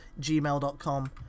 gmail.com